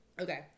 Okay